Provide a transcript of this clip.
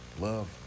Love